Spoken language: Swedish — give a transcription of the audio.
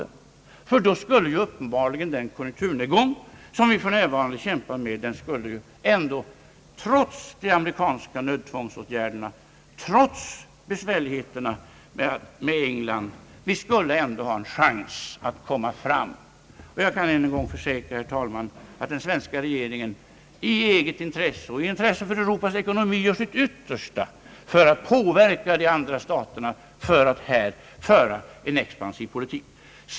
Då skulle vi uppenbarligen ha en chans att komma ur den konjunkturnedgång som vi för närvarande kämpar med, och detta trots de amerikanska nödtvångsåtgärderna och besvärligheterna med England. Jag kan än en gång försäkra, herr talman, att den svenska regeringen i eget intresse och av intresse för Europas ekonomi gör sitt yttersta för att påverka de andra staterna att föra en expansiv politik.